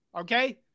Okay